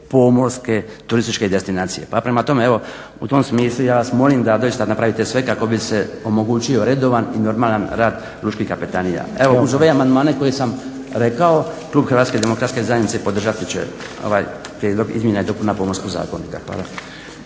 pomorske turističke destinacije. Pa prema tome evo u tom smislu ja vas molim da doista napravite sve kako bi se omogućio redovan i normalan rad lučkih kapetanija. Evo, uz ove amandmane koje sam rekao Klub Hrvatske Demokratske Zajednice podržati će ovaj Prijedlog izmjena i dopuna Pomorskog zakonika.